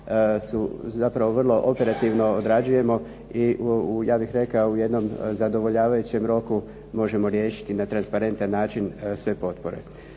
su zapravo vrlo operativno odrađujemo i ja bih rekao u jednom zadovoljavajućem roku možemo riješiti na transparentan način sve potpore.